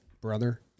brother